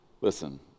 Listen